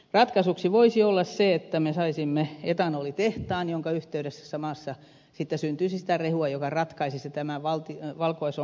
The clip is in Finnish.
ratkaisuna voisi olla se että me saisimme etanolitehtaan ja samassa yhteydessä sitten syntyisi sitä rehua joka ratkaisisi tämän valkuaisongelman kerralla